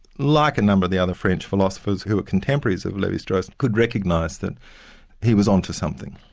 like a number of the other french philosophers who were contemporaries of levi-strauss, could recognise that he was on to something.